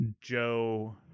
joe